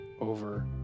over